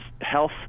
health